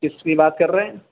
کس کی بات کر رہے ہیں